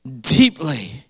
deeply